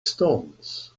stones